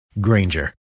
Granger